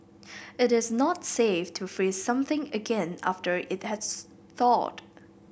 it is not safe to freeze something again after it has thawed